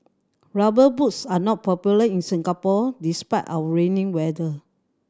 Rubber Boots are not popular in Singapore despite our rainy weather